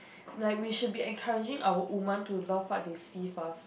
that we should be encouraging of a woman to love what they see first